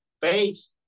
face